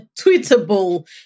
tweetable